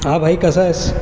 हा भाई कसा आहेस